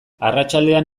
arratsaldean